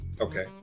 Okay